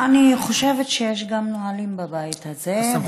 אני חושבת שיש גם נהלים בבית הזה, הסמכות היא שלי.